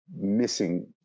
missing